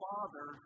Father